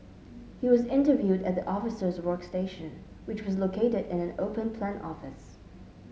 he was interviewed at the officers workstation which was located in an open plan office